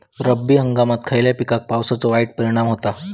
रब्बी हंगामात खयल्या पिकार पावसाचो वाईट परिणाम होता?